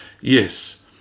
yes